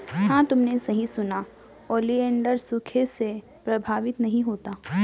हां तुमने सही सुना, ओलिएंडर सूखे से प्रभावित नहीं होता